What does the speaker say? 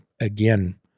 again